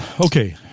Okay